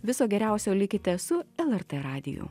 viso geriausio likite su lrt radiju